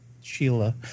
Sheila